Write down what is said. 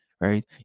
right